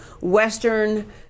Western